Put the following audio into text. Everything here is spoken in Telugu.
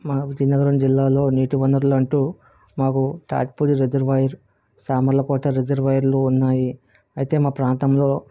మా విజయనగరం జిల్లాలో నీటి వనరులు అంటూ మాకు కాట్పూడి రిజర్వాయర్ సామర్లకోట రిజర్వాయర్లు ఉన్నాయి అయితే మా ప్రాంతంలో